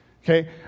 Okay